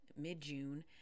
mid-June